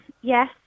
yes